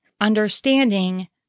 understanding